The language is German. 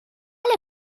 alle